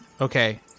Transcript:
Okay